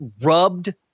rubbed